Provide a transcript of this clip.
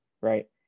Right